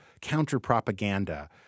counter-propaganda